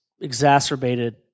exacerbated